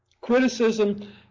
Criticism